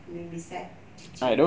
I mean beside teaching